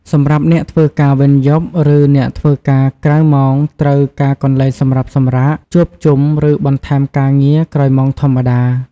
សម្រាប់អ្នកធ្វើការវេនយប់ ឬ អ្នកធ្វើការក្រៅម៉ោងត្រូវការកន្លែងសម្រាប់សម្រាក ជួបជុំ ឬបន្ថែមការងារក្រោយម៉ោងធម្មតា។